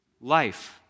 life